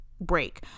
break